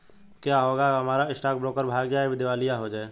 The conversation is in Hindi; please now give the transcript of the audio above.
क्या होगा अगर हमारा स्टॉक ब्रोकर भाग जाए या दिवालिया हो जाये?